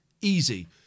Easy